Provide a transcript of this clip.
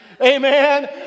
Amen